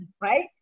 right